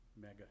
Mega